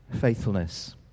faithfulness